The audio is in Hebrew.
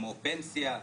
כמו פנסיה,